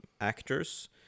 actors